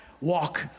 Walk